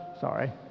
sorry